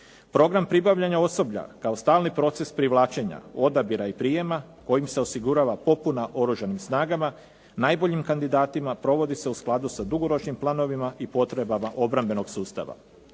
Program pribavljanja osoblja kao stalni proces privlačenja, odabira i prijema kojim se osigurava popuna oružanim snagama, najboljim kandidatima provodi se u skladu sa dugoročnim planovima i potrebama obrambenog sustava.